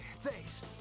thanks